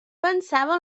pensava